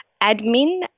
admin